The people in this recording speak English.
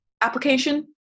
application